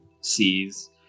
sees